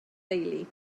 deulu